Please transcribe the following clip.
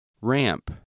Ramp